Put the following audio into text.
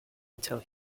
until